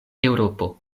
eŭropo